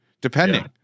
depending